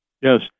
Yes